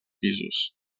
pisos